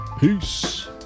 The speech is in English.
peace